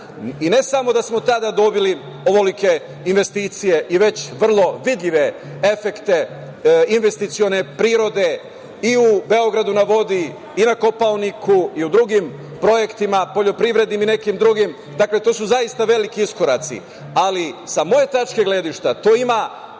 i ne samo da smo tada dobili ovolike investicije i već vrlo vidljive efekte investicione prirode i u „Beogradu na vodi“ i na Kopaoniku, i u drugim projektima, poljoprivrednim i nekim drugim. Dakle, to su zaista neki iskoraci ali sa moje tačke gledišta to ima